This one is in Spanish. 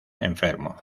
enfermo